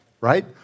right